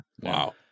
Wow